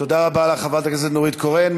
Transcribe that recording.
תודה רבה לך, חברת הכנסת נורית קורן.